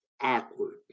awkward